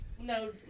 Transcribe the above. no